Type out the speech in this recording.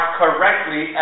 correctly